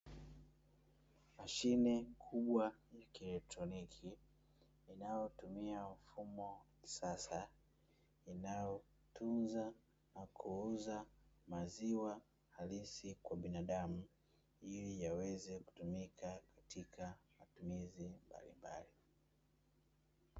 Mashine kubwa ya kieletroniki inayotumia mfumo wa kisasa, inayotunza na kuuza maziwa halisi kwa binadamu ili yaweze kutumika katika matumizi mbalimbali.